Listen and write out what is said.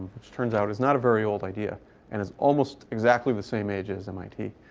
which turns out is not a very old idea and is almost exactly the same age as mit.